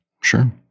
Sure